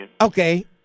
Okay